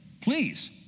Please